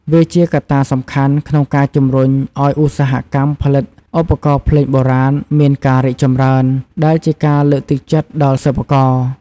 វាជាកត្តាសំខាន់ក្នុងការជំរុញឱ្យឧស្សាហកម្មផលិតឧបករណ៍ភ្លេងបុរាណមានការរីកចម្រើន ដែលជាការលើកទឹកចិត្តដល់សិប្បករ។